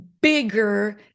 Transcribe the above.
bigger